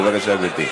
בבקשה, גברתי.